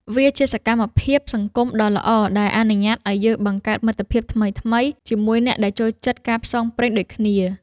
វាជាសកម្មភាពសង្គមដ៏ល្អ ដែលអនុញ្ញាតឱ្យយើងបង្កើតមិត្តភាពថ្មីៗជាមួយអ្នកដែលចូលចិត្តការផ្សងព្រេងដូចគ្នា។